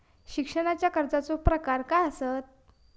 शिक्षणाच्या कर्जाचो प्रकार काय आसत?